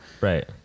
Right